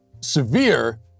Severe